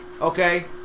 Okay